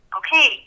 okay